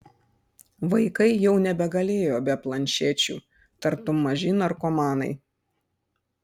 vaikai jau nebegalėjo be planšečių tartum maži narkomanai